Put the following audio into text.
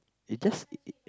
eh just